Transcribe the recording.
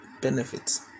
benefits